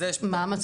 אז זה במערכת.